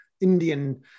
Indian